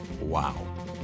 Wow